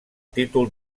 títol